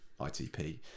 ITP